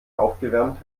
aufgewärmt